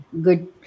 good